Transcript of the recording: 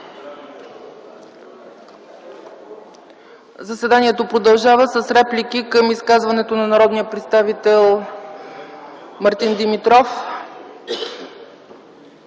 Заседанието продължава с реплики към изказването на народния представител Мартин Димитров.